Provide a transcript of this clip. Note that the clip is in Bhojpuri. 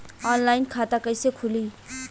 ऑनलाइन खाता कइसे खुली?